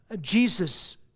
Jesus